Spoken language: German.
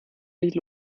nicht